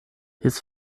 his